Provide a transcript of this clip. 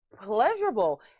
pleasurable